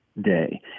day